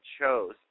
chose